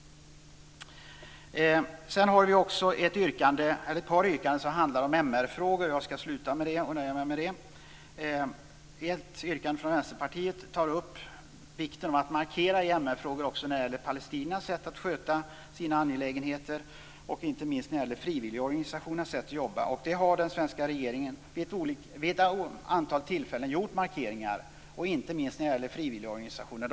Vi har också ett par yrkanden som handlar om MR-frågor, och jag skall avsluta med dem. Ett yrkande från Vänsterpartiet tar upp vikten av att markera i MR-frågor också när det gäller Palestinas sätt att sköta sina angelägenheter och inte minst avseende de frivilliga organisationernas sätt att jobba. Den svenska regeringen har vid ett antal tillfällen gjort markeringar, inte minst beträffande frivilligorganisationerna.